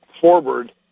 forward